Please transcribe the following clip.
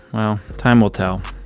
well, time will tell